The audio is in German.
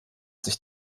sich